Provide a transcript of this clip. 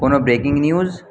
কোনো breaking news